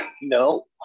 No